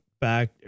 back